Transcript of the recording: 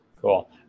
cool